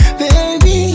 baby